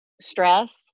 stress